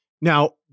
Now